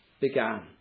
began